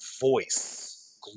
voice